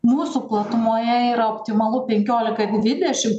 mūsų platumoje yra optimalu penkiolika dvidešimt